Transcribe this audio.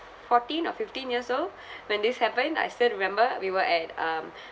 fourteen or fifteen years old when this happened I still remember we were at um